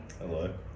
Hello